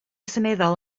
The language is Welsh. seneddol